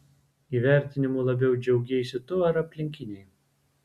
įvertinimu labiau džiaugeisi tu ar aplinkiniai